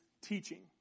teaching